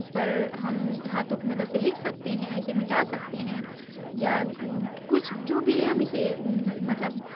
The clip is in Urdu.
اس پر ہم ہاتھوں کی مدد سے لکھ سکتے ہیں اسے مٹا سکتے ہیں یا کچھ جو بھی ہم اسے مطلب